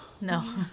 No